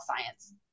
science